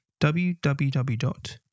www